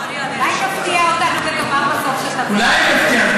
אולי תפתיע אותנו לטובה בכך, אולי אני אפתיע.